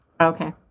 Okay